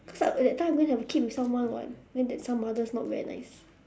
because that time I going to have a kid with someone [what] then that some others not very nice